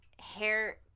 hair